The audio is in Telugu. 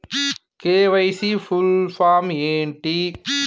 కే.వై.సీ ఫుల్ ఫామ్ ఏంటి?